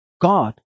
God